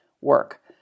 work